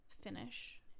finish